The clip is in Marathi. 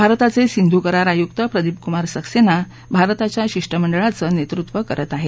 भारताचे सिंधु करार आयुक्त प्रदीप कुमार सक्सेना भारताच्या शिष्टमंडळाचं नेतृत्व करत आहेत